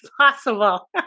possible